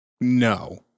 No